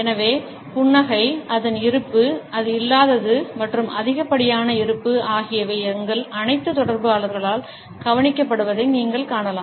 எனவே புன்னகை அதன் இருப்பு அது இல்லாதது மற்றும் அதிகப்படியான இருப்பு ஆகியவை எங்கள் அனைத்து தொடர்பாளர்களால் கவனிக்கப்படுவதை நீங்கள் காணலாம்